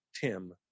Tim